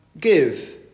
give